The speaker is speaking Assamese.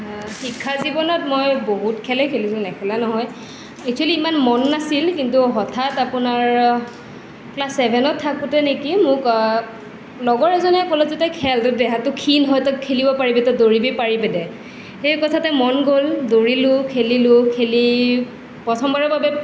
শিক্ষাজীৱনত মই বহুত খেলেই খেলিছিলোঁ নেখেলা নহয় এক্সোৱেলি ইমান মন নাছিল কিন্তু হঠাত আপোনাৰ ক্লাছ ছেভেনত থাকোঁতে নেকি মোক লগৰ এজনে ক'লে যে তই খেল তোৰ দেহাটো ক্ষীণ হয় তই খেলিব পাৰিবি তই দৌৰিব পাৰিবি দে সেই কথাতে মন গ'ল দৌৰিলোঁ খেলিলোঁ খেলি প্ৰথমবাৰৰ বাবে